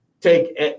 take